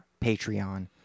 Patreon